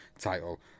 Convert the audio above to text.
title